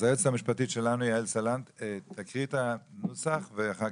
היועצת המשפטית שלנו יעל סלנט תקריא את הנוסח ואחר